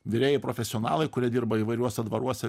virėjai profesionalai kurie dirba įvairiuose dvaruose